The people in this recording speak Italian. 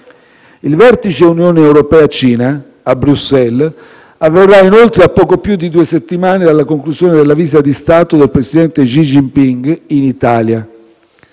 Il vertice Unione europea-Cina a Bruxelles avverrà, inoltre, a poco più di due settimane dalla conclusione della visita di Stato del presidente Xi Jinping in Italia.